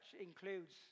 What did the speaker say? includes